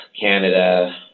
Canada